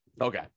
Okay